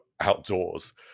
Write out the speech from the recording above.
outdoors